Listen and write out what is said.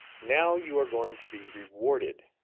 now you are going to be rewarded,